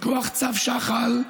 מכוח צו שחל,